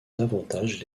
davantage